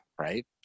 Right